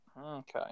Okay